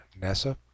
NASA